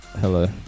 Hello